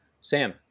Sam